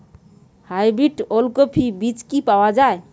Hybrid ওলকফি বীজ কি পাওয়া য়ায়?